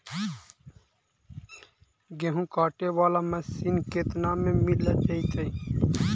गेहूं काटे बाला मशीन केतना में मिल जइतै?